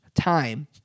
time